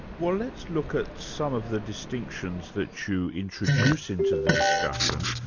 well let's look at some of the distinctions that you introduce into the discussion.